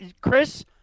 Chris